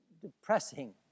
depressing